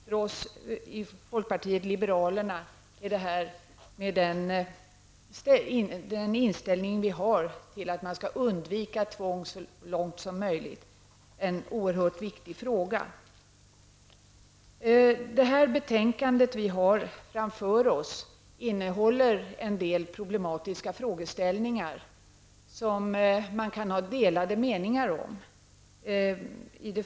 För oss i folkpartiet liberalerna är detta, med den inställning vi har -- att man skall undvika tvång så långt som möjligt -- en oerhört viktig fråga. Det betänkande vi har framför oss innehåller en del problematiska frågeställningar, som man kan ha delade meningar om.